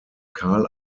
karl